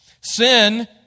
Sin